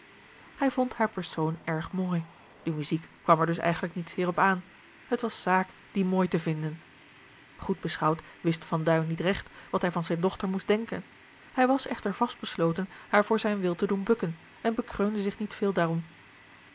hij vond hare persoon erg mooi de muziek kwam er dus eigenlijk niet zeer op aan het was zaak die mooi te vinden goed beschouwd wist van duin niet regt wat hij van zijne dochter moest denken hij was echter vast besloten haar voor zijn wil te doen bukken en bekreunde zich niet veel daarom